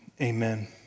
amen